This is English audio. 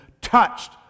touched